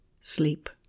sleep